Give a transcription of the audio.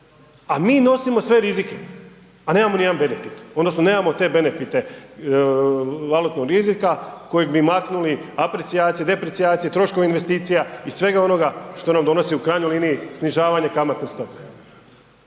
a mi nosimo sve rizike, a nemam ni jedan benefit odnosno nemamo te benefite valutnog rizika kojeg bi maknuli apriciacije, depriciacije, troškovi investicija i svega onoga što nam donosi u krajnjoj liniji snižavanje kamatne stope